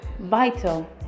vital